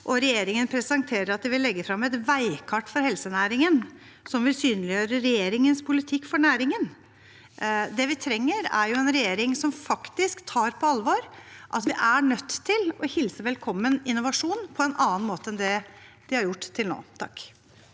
at de vil legge frem et veikart for helsenæringen som vil synliggjøre regjeringens politikk for næringen. Det vi trenger, er en regjering som faktisk tar på alvor at vi er nødt til å hilse velkommen innovasjon på en annen måte enn det de har gjort til nå. Hans